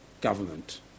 government